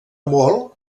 molt